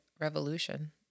revolution